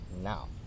Now